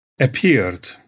appeared